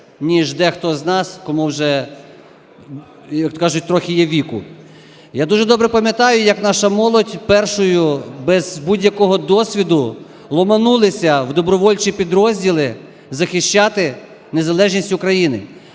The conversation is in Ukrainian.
ніж дехто з нас, кому вже, як кажуть, трохи є віку. Я дуже добре пам'ятаю, як наша молодь першою без будь-якого досвіду ломанулися в добровольчі підрозділи захищати незалежність України.